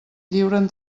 lliuren